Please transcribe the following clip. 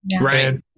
Right